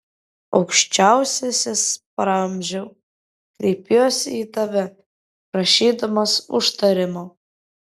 aukščiausiasis praamžiau kreipiuosi į tave prašydamas užtarimo